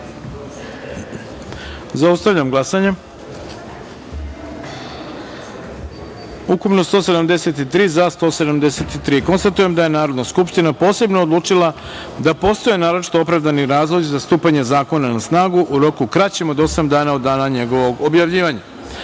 taster. Zaustavljam glasanje: ukupno – 173, za – 173.Konstatujem da je Narodna skupština posebno odlučila da postoje naročito opravdani razlozi za stupanje zakona na snagu u roku kraćem od osam dana od dana njegovog objavljivanja. Stavljam